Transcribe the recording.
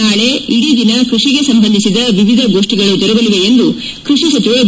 ನಾಳೆ ಇಡೀ ದಿನ ಕೃಷಿಗೆ ಸಂಬಂಧಿಸಿದ ವಿವಿಧ ಗೋಷ್ಟಿಗಳು ಜರುಗಲಿವೆ ಎಂದು ಕೃಷಿ ಸಚಿವ ಬಿ